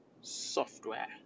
software